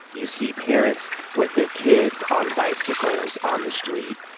you see parents with their kids on bicycles on the street.